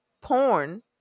porn